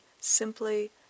simply